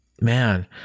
man